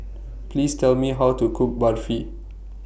Please Tell Me How to Cook Barfi